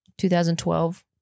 2012